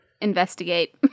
Investigate